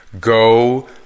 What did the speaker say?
go